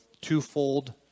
twofold